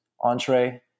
entree